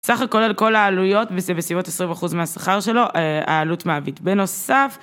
סך הכול על כל העלויות, וזה בסביבות 20% מהשכר שלו, העלות מעביד. בנוסף...